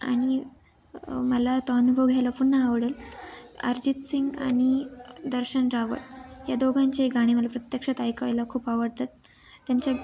आणि मला तो अनुभव घ्यायला पुन्हा आवडेल अर्जित सिंग आणि दर्शन रावल या दोघांचे गाणे मला प्रत्यक्षात ऐकायला खूप आवडतात त्यांच्या